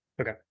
Okay